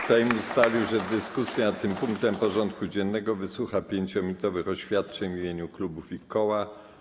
Sejm ustalił, że w dyskusji nad tym punktem porządku dziennego wysłucha 5-minutowych oświadczeń w imieniu klubów i koła.